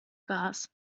gas